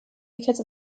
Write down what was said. because